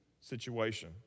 situation